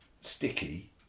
sticky